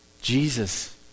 Jesus